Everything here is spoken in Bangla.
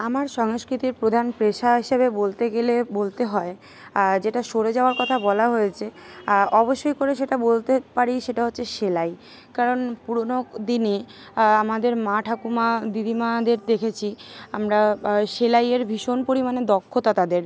আমার সংস্কৃতির প্রধান পেশা হিসাবে বলতে গেলে বলতে হয় যেটা সরে যাওয়ার কথা বলা হয়েছে অবশ্যই করে সেটা বলতে পারি সেটা হচ্ছে সেলাই কারণ পুরোনো দিনে আমাদের মা ঠাকুমা দিদিমাদের দেখেছি আমরা সেলাইয়ের ভীষণ পরিমাণে দক্ষতা তাদের